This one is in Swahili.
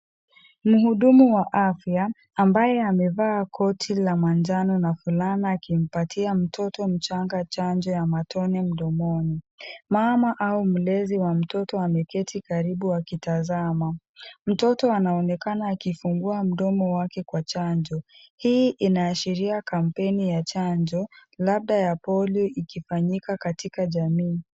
Mhudumu wa afya ambaye amevaa koti la manjano na fulana akimpatia mtoto mchanga chanjo ya matone mdomoni. Mama au mlezi wa mtoto ameketi karibu akitazama. Mtoto anaonekana akifungua mdomo wake kwa chanjo. Hii inaashiria kampeni ya chanjo labda ya polio ikifanyika katika jamii.